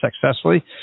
successfully